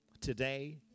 today